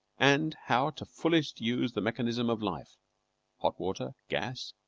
and how to fullest use the mechanism of life hot water, gas,